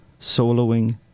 soloing